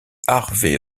harvey